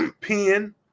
pen